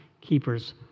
keeper's